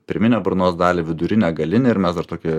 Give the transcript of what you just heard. pirminę burnos dalį vidurinę galinę ir mes dar tokia